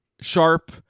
Sharp